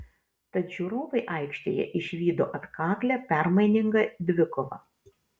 tad žiūrovai aikštėje išvydo atkaklią permainingą dvikovą